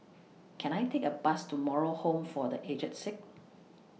Can I Take A Bus to Moral Home For The Aged Sick